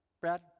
Brad